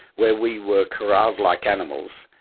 where we were corralled like animals,